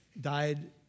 died